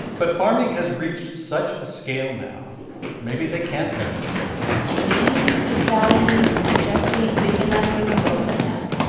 but farming has reached such a scale now maybe they can't anymore maybe this valley just ain't big enough for the both of them